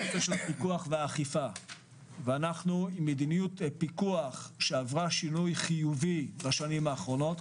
פיקוח ואכיפה - מדיניות הפיקוח עברה שינוי חיובי בשנים האחרונות.